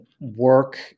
work